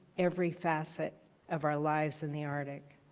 every facet of our lives in the arctic.